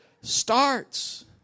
starts